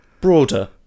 broader